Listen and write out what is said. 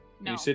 No